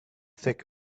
thick